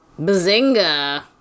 Bazinga